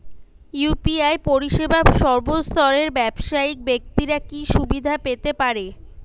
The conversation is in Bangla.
ইউ.পি.আই পরিসেবা সর্বস্তরের ব্যাবসায়িক ব্যাক্তিরা কি সুবিধা পেতে পারে?